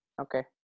Okay